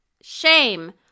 shame